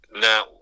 Now